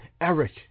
Eric